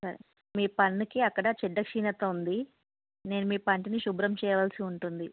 సరే మీ పన్నుకి అక్కడ చెడ్డ క్షీణత ఉంది నేను మీ పంటిని శుభ్రం చెయ్యవలసి ఉంటుంది